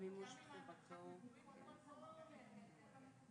היה תיקון להטבת ניידות במקום גמלת ניידות?